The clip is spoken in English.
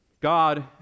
God